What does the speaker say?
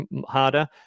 harder